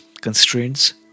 constraints